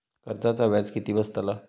कर्जाचा व्याज किती बसतला?